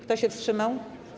Kto się wstrzymał?